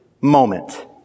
moment